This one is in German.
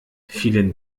vielen